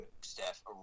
staff